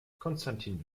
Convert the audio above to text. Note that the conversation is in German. konstantin